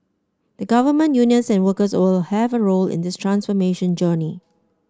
the government unions and workers all have a role in this transformation journey